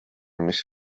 mis